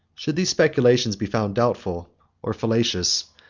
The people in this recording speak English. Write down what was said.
should these speculations be found doubtful or fallacious,